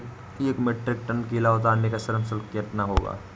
एक metric ton केला उतारने का श्रम शुल्क कितना होगा?